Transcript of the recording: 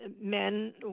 men